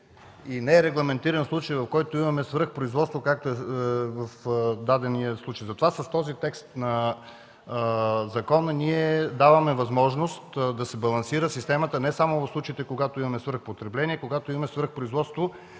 а не е регламентиран случаят, в който имаме свръхпроизводство, както е в дадения случай. Затова с този текст на закона даваме възможност да се балансира системата не само в случаите, когато имаме свръхпотребление, а и когато имаме свръхпроизводство,